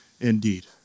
indeed